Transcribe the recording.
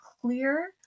clear